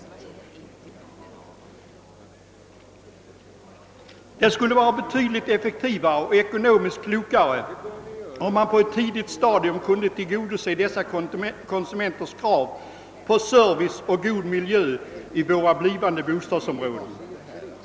Det skulle vara mycket effektivare och ekonomiskt klokare om man på ett tidigt stadium kunde tillgodose dessa konsumenters krav på service och god miljö i våra blivande bostadsområden.